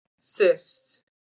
cysts